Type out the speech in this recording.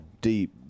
deep